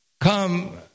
come